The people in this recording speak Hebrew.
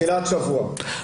תחילת שבוע.